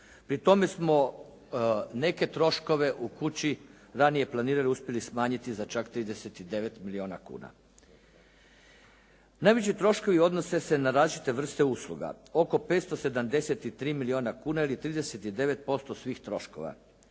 Pri tome smo neke troškove u kući ranije planirali i uspjeli smanjiti za čak 39 milijuna kuna. Najveći troškovi odnose se na različite vrste usluga. Oko 573 milijuna kuna ili 39% svih troškova.